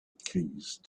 ceased